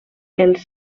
els